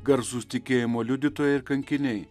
garsūs tikėjimo liudytojai ir kankiniai